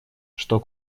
что